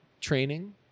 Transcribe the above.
training